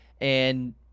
And-